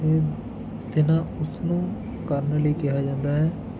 ਅਤੇ ਨਾ ਉਸਨੂੰ ਕਰਨ ਲਈ ਕਿਹਾ ਜਾਂਦਾ ਹੈ